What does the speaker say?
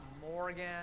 Morgan